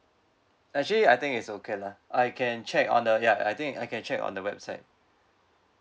actually I think it's okay lah I can check on the ya I think I can check on the website